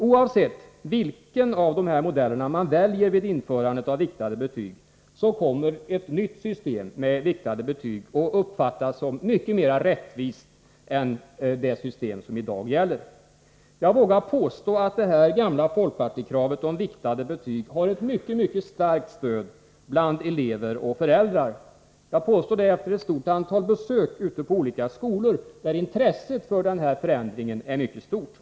Oavsett vilken av dessa modeller man väljer vid införandet av viktade betyg kommer ett nytt system med viktade betyg att uppfattas som mycket mera rättvist än det system som i dag gäller. Jag vågar påstå att det gamla folkpartikravet på viktade betyg har ett mycket starkt stöd bland elever och föräldrar. Jag påstår det efter ett stort antal besök ute på olika skolor, där intresset för en sådan förändring är mycket stort. Bl.